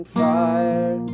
fire